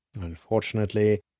Unfortunately